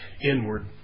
inward